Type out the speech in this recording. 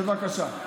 בבקשה.